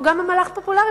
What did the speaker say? זה גם מהלך פופולרי,